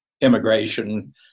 immigration